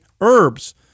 herbs